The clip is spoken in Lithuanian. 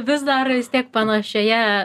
vis dar tiek panašioje